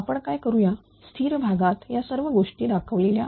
आपण काय करू या स्थिर भागात या सर्व गोष्टी दाखविलेल्या आहेत